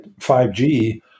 5G